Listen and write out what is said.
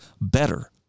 better